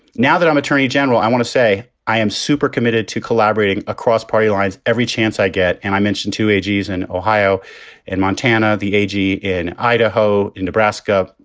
now that i'm attorney general, i want to say i am super committed to collaborating across party lines every chance i get. and i mentioned to agee's and ohio and montana, the a g. in idaho, in nebraska,